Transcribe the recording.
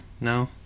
No